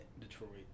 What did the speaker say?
Detroit